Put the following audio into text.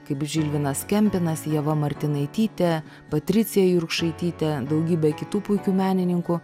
kaip žilvinas kempinas ieva martinaitytė patricija jurkšaitytė daugybė kitų puikių menininkų